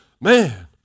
man